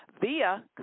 via